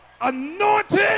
anointed